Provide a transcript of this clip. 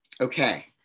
Okay